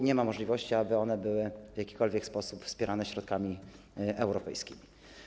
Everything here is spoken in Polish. Nie ma możliwości, aby były one w jakikolwiek sposób wspierane środkami europejskimi.